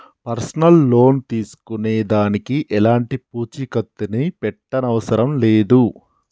personal loan తీసుకునే దానికి ఎలాంటి పూచీకత్తుని పెట్టనవసరం లేదు